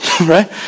right